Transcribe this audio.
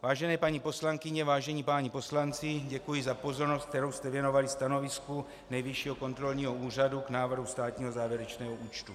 Vážené paní poslankyně, vážení páni poslanci, děkuji za pozornost, kterou jste věnovali stanovisku Nejvyššího kontrolního úřadu k návrhu státního závěrečného účtu.